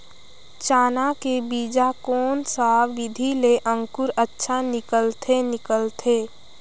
चाना के बीजा कोन सा विधि ले अंकुर अच्छा निकलथे निकलथे